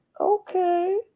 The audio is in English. okay